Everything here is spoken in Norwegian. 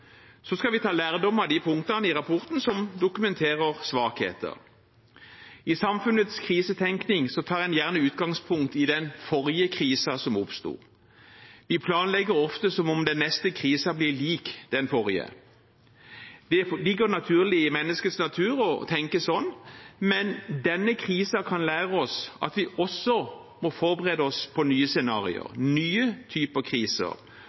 Så skal vi ta lærdom av de punktene i rapporten som dokumenterer svakheter. I samfunnets krisetenkning tar en gjerne utgangspunkt i den forrige krisen som oppsto. Vi planlegger ofte som om den neste krisen blir lik den forrige. Det ligger naturlig i menneskets natur å tenke sånn, men denne krisen kan lære oss at vi også må forberede oss på nye scenarioer, nye typer kriser,